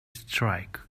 strike